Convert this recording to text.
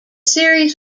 series